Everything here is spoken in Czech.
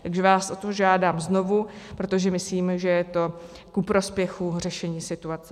Takže vás o to žádám znovu, protože myslím, že je to ku prospěchu řešení situace.